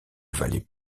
valait